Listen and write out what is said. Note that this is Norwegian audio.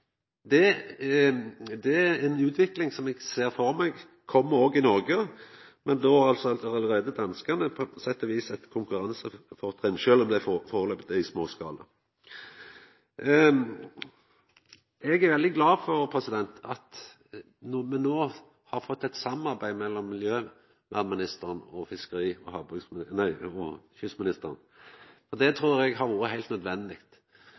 Det er ei utvikling som eg ser for meg òg kjem i Noreg, men då har danskane allereie på sett og vis eit konkurransefortrinn, sjølv om det foreløpig er i småskala. Eg er veldig glad for at me no har fått eit samarbeid mellom miljøvernministeren og fiskeri- og kystministeren. Det trur eg har vore heilt nødvendig.